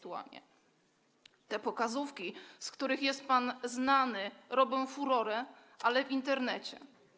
Te pokazówki, z których jest pan znany, robią furorę, ale w Internecie.